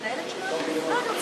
לסיים את הנישוקים ואת החיבוקים.